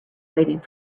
waiting